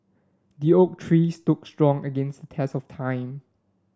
the oak tree stood strong against test of time